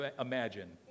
imagine